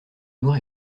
noir